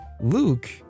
Luke